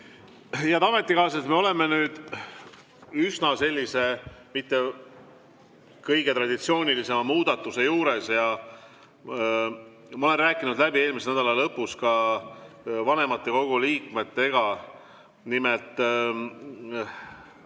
Head ametikaaslased, me oleme nüüd ühe mitte kõige traditsioonilisema muudatuse juures. Ma olen rääkinud läbi eelmise nädala lõpus ka vanematekogu liikmetega. Nimelt,